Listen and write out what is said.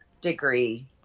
degree